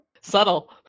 Subtle